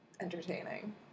entertaining